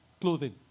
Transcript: clothing